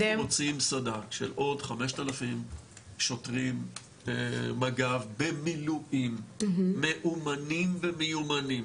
אנחנו רוצים סד"כ של עוד 5,000 שוטרים מג"ב במילואים מאומנים ומיומנים,